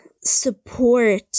support